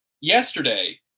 yesterday